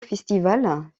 festival